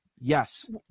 Yes